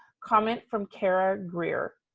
comment from kara greer.